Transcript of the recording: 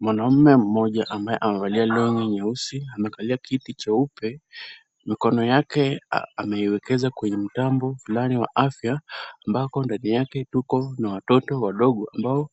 Mwanaume mmoja ambaye amevalia long'i nyeusi amekalia kiti cheupe. Mikono yake ameiwekeza kwenye mtambo fulani wa afya ambako ndani yake tuko na watoto wadogo ambao